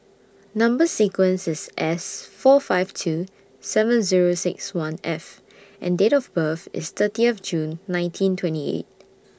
Number sequence IS S four five two seven Zero six one F and Date of birth IS thirtieth June nineteen twenty eight